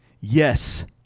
yes